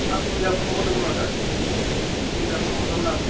हा मोजांखौनो हरदोंमोन माथो मोजांखौनो हरदोंमोन आं